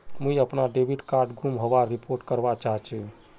मुई अपना debit card गूम होबार रिपोर्ट करवा चहची